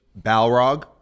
Balrog